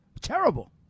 terrible